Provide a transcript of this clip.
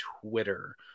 Twitter